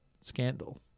scandal